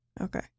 Okay